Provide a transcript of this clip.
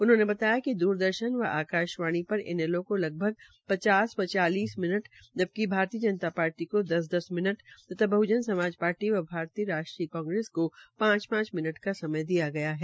उन्होने बताया कि द्रदर्शन व आकाशवाणी पर इनैलो को लगभग पचास व चालस मिनट जबकि भारतीय जनता पार्टी को दस दस मिनट तथा बहजन समाज पार्टी व भारतीय राष्ट्रीय कांग्रेस को पांच पांच मिनट का समय दिया गया है